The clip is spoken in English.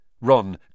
Ron